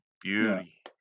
beauty